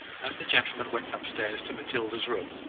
as the gentlemen went upstairs to matilda's room,